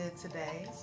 today